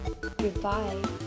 Goodbye